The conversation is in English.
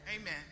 Amen